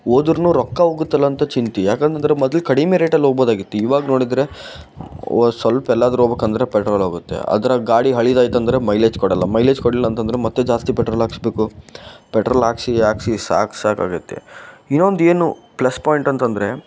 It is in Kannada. ಹೋದ್ರುನು ರೊಕ್ಕ ಹೋಗುತ್ತಲ ಅಂತ ಚಿಂತೆ ಯಾಕಂತಂದ್ರೆ ಮೊದ್ಲು ಕಡಿಮೆ ರೇಟಲ್ಲಿ ಹೋಗ್ಬೋದಾಗಿತ್ ಇವಾಗ ನೋಡಿದರೆ ಸ್ವಲ್ಪ ಎಲ್ಲಾದ್ರೂ ಹೋಗ್ಬೇಕಂದ್ರೆ ಪೆಟ್ರೋಲ್ ಹೋಗುತ್ತೆ ಅದ್ರಾಗೆ ಗಾಡಿ ಹಳೆದಾಯ್ತಂದ್ರೆ ಮೈಲೇಜ್ ಕೊಡೋಲ್ಲ ಮೈಲೇಜ್ ಕೊಡಲಿಲ್ಲಂತಂದ್ರೆ ಮತ್ತೆ ಜಾಸ್ತಿ ಪೆಟ್ರೋಲ್ ಹಾಕಿಸ್ಬೇಕು ಪೆಟ್ರೋಲ್ ಹಾಕ್ಸಿ ಹಾಕ್ಸಿ ಸಾಕು ಸಾಕಾಗುತ್ತೆ ಇನ್ನೊಂದು ಏನು ಪ್ಲಸ್ ಪಾಯಿಂಟ್ ಅಂತಂದರೆ